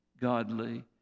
godly